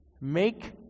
make